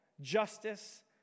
justice